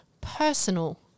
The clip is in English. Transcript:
personal